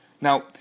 Now